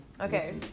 Okay